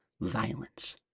violence